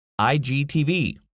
IGTV